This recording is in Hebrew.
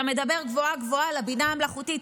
אתה מדבר גבוהה-גבוהה על הבינה המלאכותית.